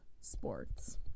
sports